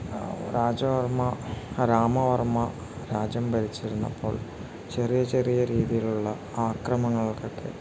രാജവർമ്മ രാമവർമ്മ രാജ്യം ഭരിച്ചിരുന്നപ്പോൾ ചെറിയ ചെറിയ രീതിയിലുള്ള ആക്രമങ്ങൾക്കൊക്കെ